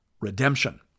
redemption